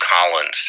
Collins